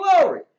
glory